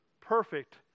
perfect